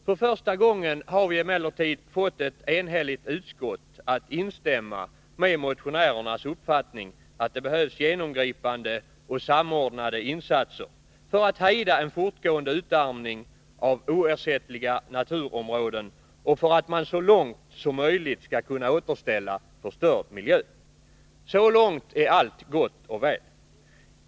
För första gången har vi emellertid fått ett enhälligt utskott att instämma i motionärernas uppfattning att det behövs genomgripande och samordnade insatser för att hejda en fortgående utarmning av oersättliga naturområden och för att man så långt som möjligt skall kunna återställa förstörd miljö. Så långt är allt gott och väl.